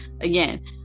again